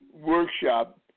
workshop